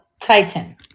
Titan